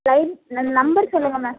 time ந number சொல்லுங்கள் ma'am